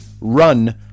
run